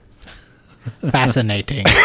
Fascinating